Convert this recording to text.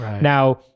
now